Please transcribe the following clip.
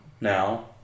now